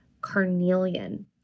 carnelian